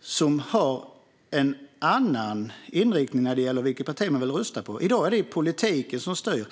som har en annan inriktning när det gäller vilket parti de vill rösta på. I dag är det politiken som styr.